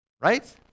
Right